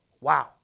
wow